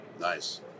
nice